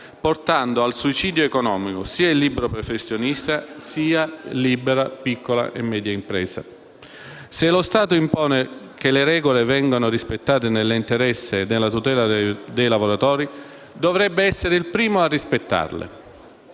proprio "suicidio economico" sia del libero professionista sia delle piccole e medie imprese. Se lo Stato impone che le regole vengano rispettate nell'interesse e tutela dei lavoratori, dovrebbe essere il primo a rispettarle.